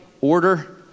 order